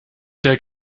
der